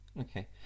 Okay